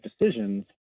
decisions